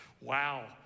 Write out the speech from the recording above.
wow